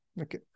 Okay